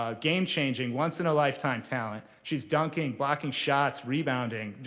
ah game changing, once in a lifetime talent. she's dunking, blocking shots, rebounding,